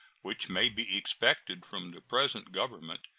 which may be expected from the present government,